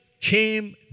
came